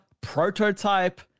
Prototype